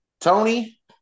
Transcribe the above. Tony